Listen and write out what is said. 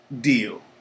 deal